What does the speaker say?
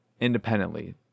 independently